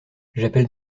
j’appelle